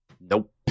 Nope